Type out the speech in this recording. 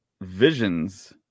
Visions